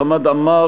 חמד עמאר,